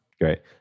Great